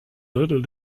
drittel